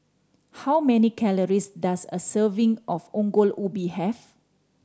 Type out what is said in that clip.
how many calories does a serving of Ongol Ubi have